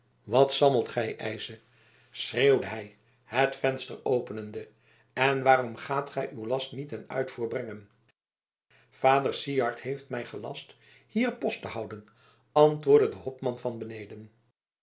wat sammelt gij eise schreeuwde hij het venster openende en waarom gaat gij uw last niet ten uitvoer brengen vader syard heeft mij gelast hier post te houden antwoordde de hopman van beneden